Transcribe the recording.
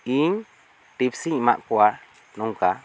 ᱤᱧ ᱴᱤᱯᱥ ᱤᱧ ᱮᱢᱟᱜ ᱠᱚᱣᱟ ᱱᱚᱝᱠᱟ